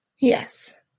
Yes